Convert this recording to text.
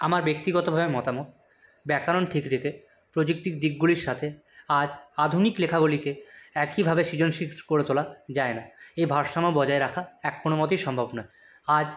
আমার ব্যক্তিগতভাবে মতামত ব্যাকারণ ঠিক রেখে প্রযুক্তির দিকগুলির সাথে আজ আধুনিক লেখাগুলিকে একইভাবে সৃজনশীল করে তোলা যায় না এই ভারসাম্য বজায় রাখা এক কোনোমতেই সম্ভব নয় আজ